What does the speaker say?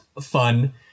fun